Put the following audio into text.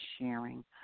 sharing